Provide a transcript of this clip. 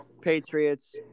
Patriots